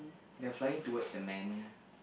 they are flying towards the man